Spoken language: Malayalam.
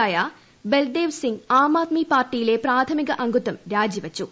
ആയ ബൽദേവ് സിംഗ് ആം ആദ്മി പാർട്ടിയിലെ പ്രാഥമിക അംഗത്വം രാജിവച്ചു